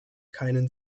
keinen